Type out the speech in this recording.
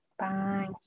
Bye